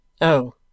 Oh